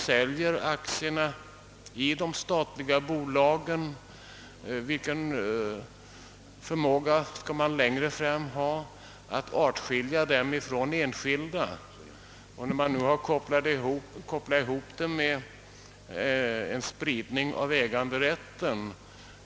Och om aktierna i de statliga bolagen nu försäljs, hur skall man längre kunna artskilja dem från enskilda företag? Utsläppandet av dessa aktier har alltså kopplats ihop med en spridning av äganderätten.